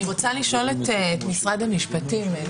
אני רוצה לשאול את משרד המשפטים.